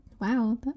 Wow